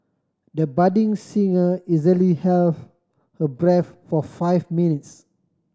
the budding singer easily held her breath for five minutes